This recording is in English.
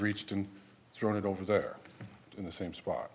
reached and thrown it over there in the same spot